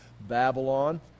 Babylon